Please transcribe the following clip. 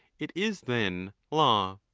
it is then law.